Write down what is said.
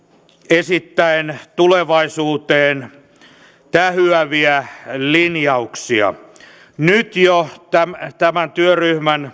esittäen tulevaisuuteen tähyäviä linjauksia jo nyt tämän työryhmän